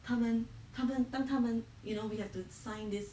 他们他们当他们 you know we have to sign this